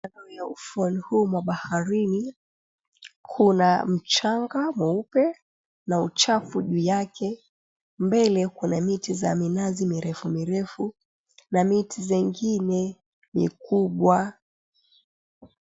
Ndani ya ufuoni huu mwa baharini kuna mchanga mweupe na uchafu juu yake. Mbele kuna miti za minazi mirefu mirefu na miti zengine mikubwa.